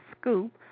scoop